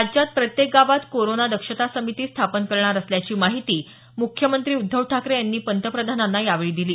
राज्यात प्रत्येक गावात कोरोना दक्षता समिती स्थापन करणार असल्याची माहिती मुख्यमंत्री उद्धव ठाकरे यांनी पंतप्रधानांना यावेळी दिली